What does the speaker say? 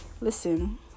Listen